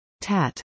TAT